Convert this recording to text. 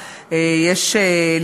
סליחה,